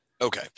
Okay